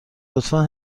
لطفا